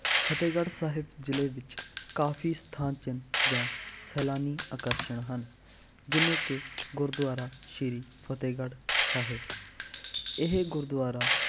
ਫਤਿਹਗੜ੍ਹ ਸਾਹਿਬ ਜ਼ਿਲ੍ਹੇ ਵਿੱਚ ਕਾਫੀ ਸਥਾਨ ਚਿੰਨ੍ਹ ਜਾਂ ਸੈਲਾਨੀ ਆਕਰਸ਼ਣ ਹਨ ਜਿਵੇਂ ਕਿ ਗੁਰਦੁਆਰਾ ਸ਼੍ਰੀ ਫਤਿਹਗੜ੍ਹ ਸਾਹਿਬ ਇਹ ਗੁਰਦੁਆਰਾ